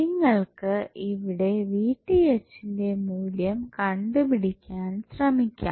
നിങ്ങൾക്കു ഇവിടെ ന്റെ മൂല്യം കണ്ടുപിടിക്കാൻ ശ്രമിക്കാം